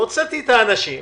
הוצאתי את הנתונים